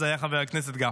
זה היה חבר הכנסת גפני.